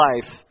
life